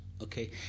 okay